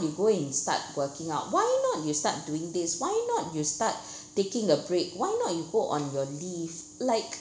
you go and start working out why not you start doing this why not you start taking a break why not you go on your leave like